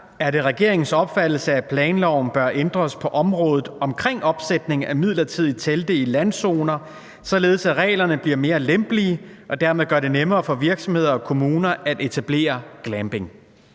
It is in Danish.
Er det regeringens opfattelse, at planloven bør ændres på området omkring opsætning af midlertidige telte i landzoner, således at reglerne bliver mere lempelige og dermed gør det nemmere for virksomheder og kommuner at etablere glamping?